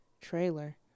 trailer